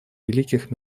великих